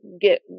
get